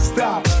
Stop